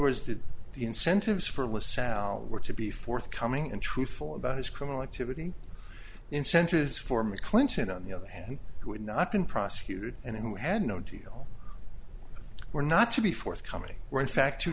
that the incentives for was sound were to be forthcoming and truthful about his criminal activity incentives for ms clinton on the other hand who had not been prosecuted and who had no deal were not to be forthcoming were in fact to